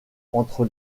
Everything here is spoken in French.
entre